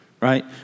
right